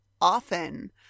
often